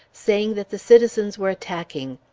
saying that the citizens were attacking.